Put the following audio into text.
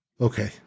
Okay